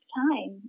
time